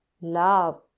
love